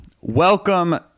welcome